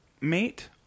mate